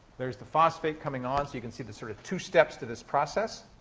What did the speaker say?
there's the phosphate coming on, so you can see the sort of two steps to this process.